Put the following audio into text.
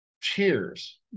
Cheers